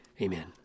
Amen